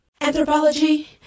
Anthropology